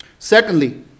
Secondly